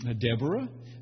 Deborah